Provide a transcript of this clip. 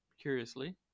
curiously